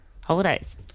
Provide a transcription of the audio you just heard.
holidays